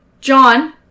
John